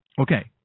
Okay